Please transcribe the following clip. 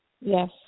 Yes